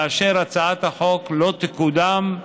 כאשר הצעת החוק לא תקודם,